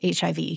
HIV